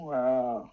Wow